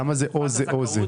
למה או זה או זה?